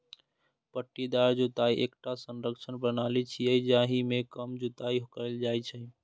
पट्टीदार जुताइ एकटा संरक्षण प्रणाली छियै, जाहि मे कम जुताइ कैल जाइ छै